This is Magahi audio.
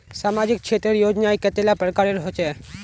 सामाजिक क्षेत्र योजनाएँ कतेला प्रकारेर होचे?